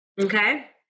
Okay